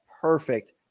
perfect